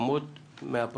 שמות של קטינים מהפרוטוקול.